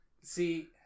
See